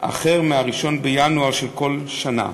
אחר מ-1 בינואר של כל שנה.